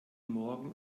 morgen